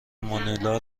مانیلا